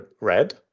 red